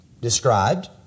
described